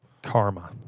Karma